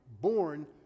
born